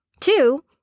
Two